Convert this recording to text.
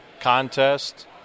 contest